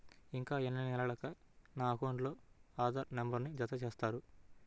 ఇంకా ఎన్ని నెలలక నా అకౌంట్కు ఆధార్ నంబర్ను జత చేస్తారు?